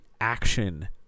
action